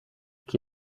qui